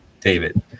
David